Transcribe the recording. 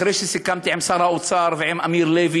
אחרי שסיכמתי עם שר האוצר ועם אמיר לוי,